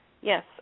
Yes